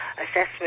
assessment